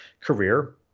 career